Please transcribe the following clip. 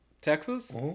Texas